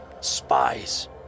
spies